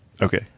okay